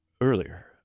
Earlier